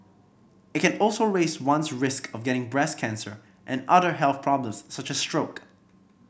it can also raise one's risk of getting breast cancer and other health problems such as stroke